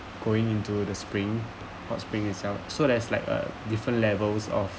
going into the spring hot spring itself so that's like a different levels of